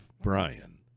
Brian